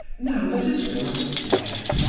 now, let us go upstairs,